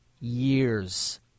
years